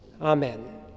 Amen